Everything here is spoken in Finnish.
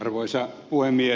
arvoisa puhemies